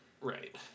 Right